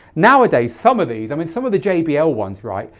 nowadays some of these, i mean some of the jbl ones right,